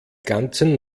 ganzen